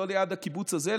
לא ליד הקיבוץ הזה,